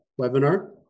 webinar